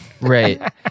Right